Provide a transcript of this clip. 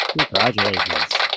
Congratulations